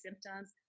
symptoms